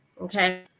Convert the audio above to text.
Okay